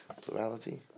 Plurality